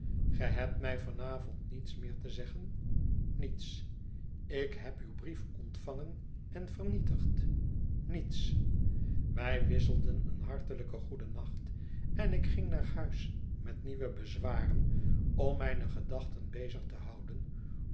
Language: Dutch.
ge hebt mij van avond niets meer te zeggen niets ik neb uw brief ontvangen en vernietigd niets wij wisselden een hartelijk goedennacht en ik ging naar huis met nieuwe bezwaren om mijne gedachten bezig te houden